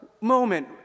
moment